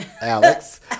Alex